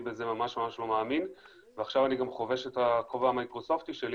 אני בזה ממש לא מאמין ועכשיו אני גם חובש את הכובע המייקרוסופטי שלי